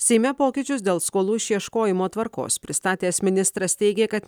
seime pokyčius dėl skolų išieškojimo tvarkos pristatęs ministras teigia kad